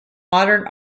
modern